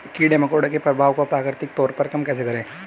कीड़े मकोड़ों के प्रभाव को प्राकृतिक तौर पर कम कैसे करें?